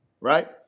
right